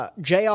JR